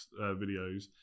videos